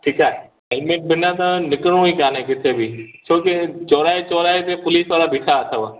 ठीकु आहे हेलमेट बिना असां निकिरुं ई कोन्ह किथे बि छो की चौराहे चौराहे ते पुलिस वारा बीठा अथव